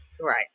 Right